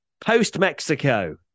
post-Mexico